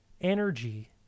energy